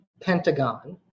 pentagon